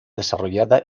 desarrollada